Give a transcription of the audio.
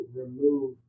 remove